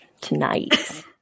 tonight